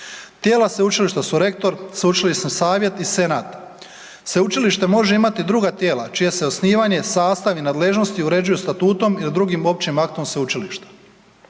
Tijela sveučilišta su rektor, sveučilišni savjet i senat. Sveučilište može imati druga tijela čije se osnivanje, sastav i nadležnost uređuje statutom i drugim općim aktom sveučilišta.